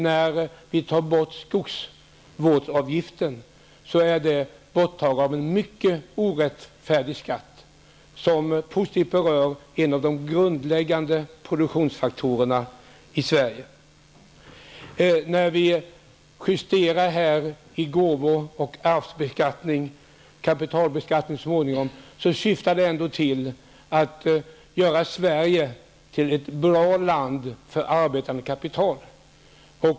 När vi tar bort skogsvårdsavgiften innebär det att vi tar bort en mycket orättfärdig skatt, vilket positivt berör en av de grundläggande produktionsfaktorerna i Sverige. När vi justerar gåvo och arvsbeskattningen, och så småningom kapitalbeskattningen, syftar det ändå till att göra Sverige till ett bra land för arbetande kapital.